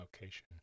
location